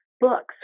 books